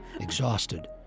Exhausted